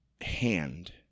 hand